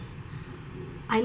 I